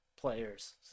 players